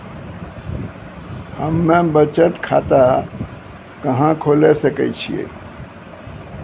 हम्मे बचत खाता कहां खोले सकै छियै?